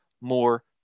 more